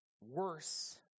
worse